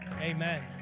Amen